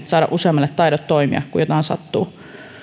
saada useammalle taidot toimia kun jotain sattuu